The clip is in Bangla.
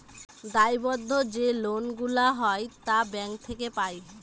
দায়বদ্ধ যে লোন গুলা হয় তা ব্যাঙ্ক থেকে পাই